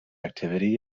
activity